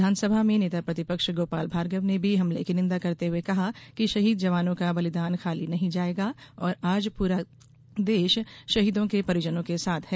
विधानसभा में नेता प्रतिपक्ष गोपाल भार्गव ने भी हमले की निंदा करते हुए कहा कि शहीद जवानों का बलिदान खाली नहीं जायेगा और आज पूरा देश शहीदों के परिजनों के साथ है